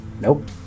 Nope